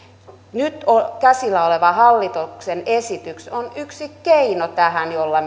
nyt käsillä oleva hallituksen esitys on tähän yksi keino jolla